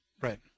right